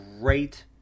great